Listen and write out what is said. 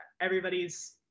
everybody's